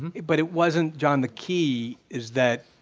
but it wasn't, john, the key is that